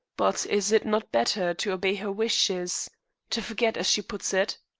but is it not better to obey her wishes to forget, as she puts it?